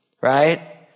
right